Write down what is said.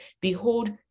Behold